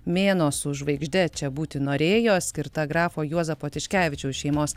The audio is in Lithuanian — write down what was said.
mėnuo su žvaigžde čia būti norėjo skirta grafo juozapo tiškevičiaus šeimos